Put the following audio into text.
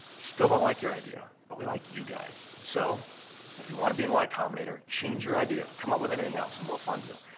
still don't like your idea but we like you guys so if you want to be in y cominator, change your idea. come up with anything else and we'll fund you.